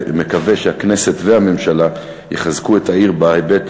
ומקווה שהכנסת והממשלה יחזקו את העיר בהיבט